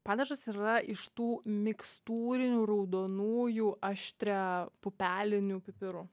padažas yra iš tų mikstūrinių raudonųjų aštria pupelinių pipirų